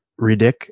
Redick